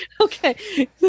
Okay